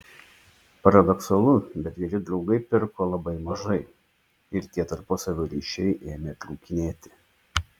paradoksalu bet geri draugai pirko labai mažai ir tie tarpusavio ryšiai ėmė trūkinėti